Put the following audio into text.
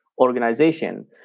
organization